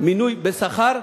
מינוי בשכר,